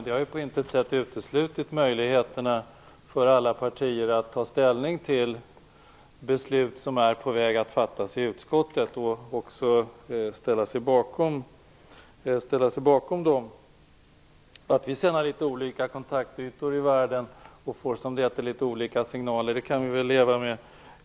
Det har på intet sätt uteslutit möjligheterna för alla partier att ta ställning till beslut som är på väg att fattas i utskottet och ställa sig bakom dem. Att vi kan ha litet olika kontaktytor ute i världen och får litet olika signaler kan vi väl leva med.